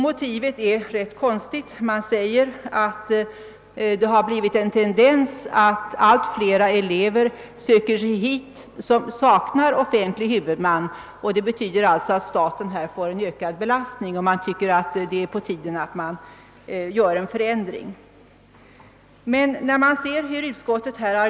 Motivet är ganska konstigt: Man säger att det blivit en tendens att allt fler elever som saknar offentlig huvudman söker sig hit, och det betyder att staten får en ökad ekonomisk belastning. Man tycker därför att det är på tiden att en förändring göres.